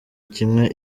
kimwe